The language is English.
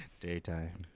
daytime